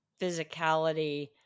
physicality